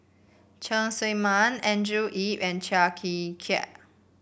Cheng Tsang Man Andrew Yip and Chia Tee Chiak